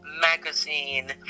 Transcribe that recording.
magazine